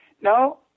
No